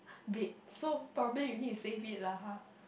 bed so probably you need to save me lah ha